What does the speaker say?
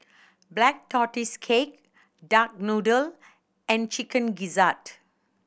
Black Tortoise Cake duck noodle and Chicken Gizzard